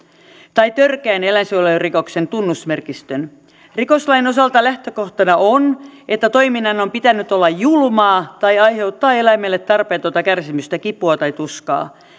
tai törkeän eläinsuojelurikoksen tunnusmerkistön rikoslain osalta lähtökohtana on että toiminnan on pitänyt olla julmaa tai aiheuttaa eläimelle tarpeetonta kärsimystä kipua tai tuskaa